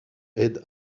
aide